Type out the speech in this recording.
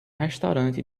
restaurante